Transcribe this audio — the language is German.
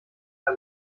der